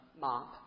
Mop